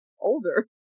older